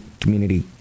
community